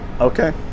okay